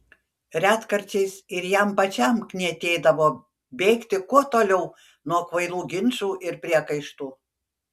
retkarčiais ir jam pačiam knietėdavo bėgti kuo toliau nuo kvailų ginčų ir priekaištų